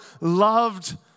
loved